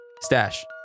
stash